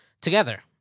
together